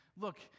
Look